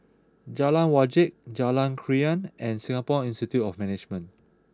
Jalan Wajek Jalan Krian and Singapore Institute of Management